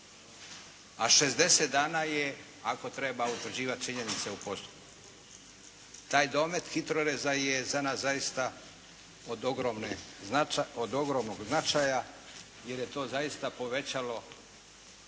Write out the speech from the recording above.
A 60 dana je ako treba utvrđivati činjenice u postupku. Taj domet HITROReza je za nas zaista od ogromnog značaja jer je to zaista povećalo